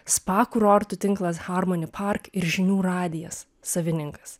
spa kurortų tinklas harmoni park ir žinių radijas savininkas